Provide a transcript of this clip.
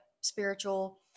spiritual